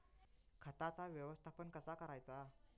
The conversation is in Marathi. खताचा व्यवस्थापन कसा करायचा?